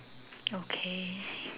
okay